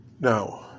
Now